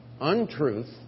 untruth